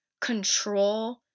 control